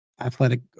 athletic